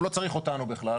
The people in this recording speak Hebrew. הוא לא צריך אותנו בכלל.